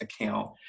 account